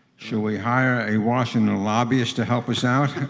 should we hire a washington lobbyist to help us out?